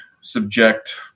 subject